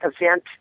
event